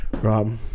Rob